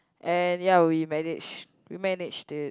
and ya we manage we managed it